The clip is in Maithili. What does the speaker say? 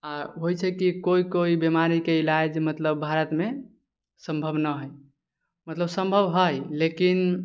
आओर होइ छै की कोइ कोइ बीमारीके इलाज मतलब भारतमे सम्भव नहि है मतलब सम्भव है लेकिन